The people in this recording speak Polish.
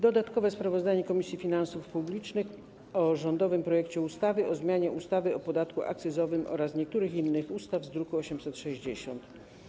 Dodatkowe sprawozdanie Komisji Finansów Publicznych o rządowym projekcie ustawy o zmianie ustawy o podatku akcyzowym oraz niektórych innych ustaw z druku nr 860.